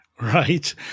Right